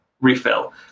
refill